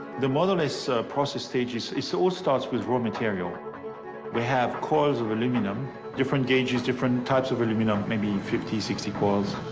the modernist process stages it's all starts with raw material we have coils of aluminum different gauges different types of aluminum maybe fifty sixty coils.